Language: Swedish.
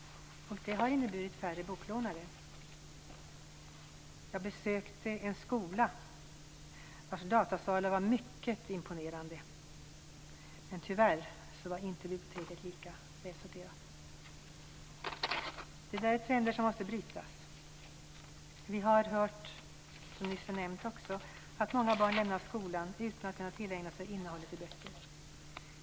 Det har inneburit färre boklån. Jag har besökt en skola vars datasalar var mycket imponerande. Men tyvärr var biblioteket inte lika välsorterat. Det är trender som måste brytas. Vi har hört att många barn lämnar skolan utan att kunna tillägna sig innehållet i böcker.